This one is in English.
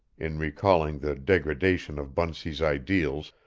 in recalling the degradation of bunsey's ideals,